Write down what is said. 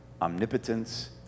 omnipotence